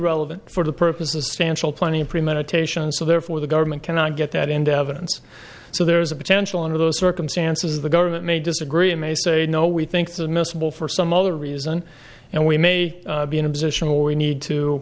relevant for the purpose of stansell plenty of premeditation and so therefore the government cannot get that into evidence so there is a potential under those circumstances the government may disagree and may say no we think the admissible for some other reason and we may be in a position where we need to